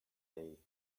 day